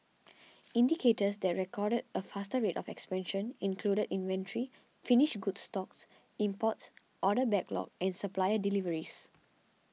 indicators that recorded a faster rate of expansion included inventory finished goods stocks imports order backlog and supplier deliveries